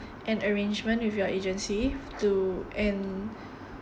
an arrangement with your agency to and